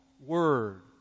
word